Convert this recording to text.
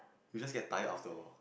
you just get tired after awhile